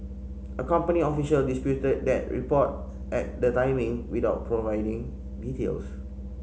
a company official disputed that report at the timing without providing details